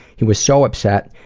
he was so upset,